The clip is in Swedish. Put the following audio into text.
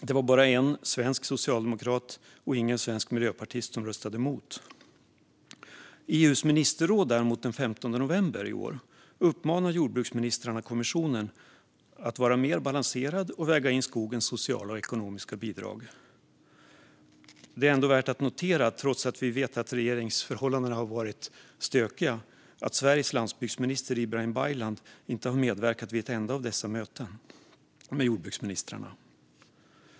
Det var bara en svensk socialdemokrat och ingen svensk miljöpartist som röstade emot. Den 15 november i år uppmanade däremot jordbruksministrarna i EU:s ministerråd kommissionen att vara mer balanserad och väga in skogens sociala och ekonomiska bidrag. Vi vet att regeringsförhållandena har varit stökiga, men det är ändå värt att notera att Sveriges landsbygdsminister Ibrahim Baylan inte medverkade vid ett enda av dessa möten med jordbruksministrarna.